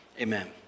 amen